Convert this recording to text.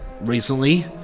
recently